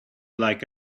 like